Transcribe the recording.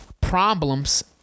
problems